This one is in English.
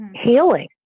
healing